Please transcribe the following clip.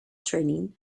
training